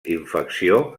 infecció